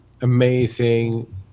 amazing